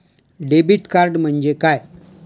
Debit card म्हणजे काय?